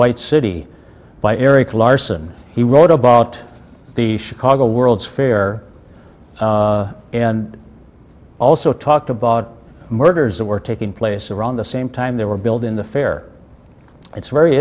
white city by erik larson he wrote about the chicago world's fair and also talked about murders that were taking place around the same time they were billed in the fair it's very